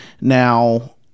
Now